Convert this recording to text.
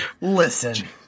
Listen